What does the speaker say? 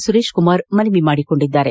ಸುರೇಶ್ ಕುಮಾರ್ ಮನವಿ ಮಾಡಿದ್ದಾರೆ